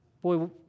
boy